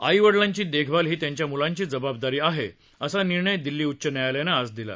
आई वडिलांची देखभाल ही त्यांच्या मुलांची जबाबदारी आहेअसा निर्णय दिल्ली उच्च न्यायालयानं आज दिला